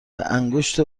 انگشت